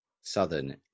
Southern